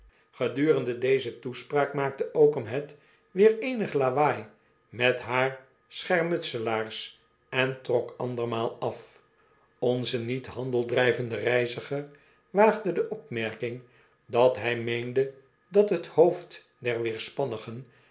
gedurende deze toespraak maakte oakum head weer eenig lawaai met haar schermutselaars en trok andermaal af onze niet handel drijvende reiziger waagde de opmerking dat hij meende dat t hoofd